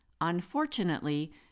Unfortunately